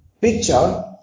picture